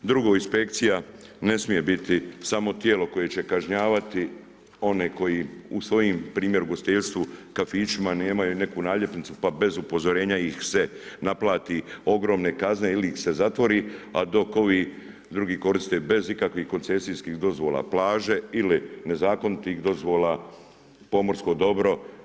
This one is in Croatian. Drugo, inspekcija ne smije biti samo tijelo koje će kažnjavati one koji u svojim npr. ugostiteljstvu, kafićima nemaju neku naljepnicu pa bez upozorenja ih se naplati, ogromne kazne ili ih se zatvori a dok ovi drugi koriste bez ikakvih koncesijskih dozvola plaže ili nezakonitih dozvola, pomorsko dobro.